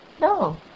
no